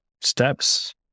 steps